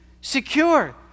secure